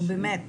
נו, באמת.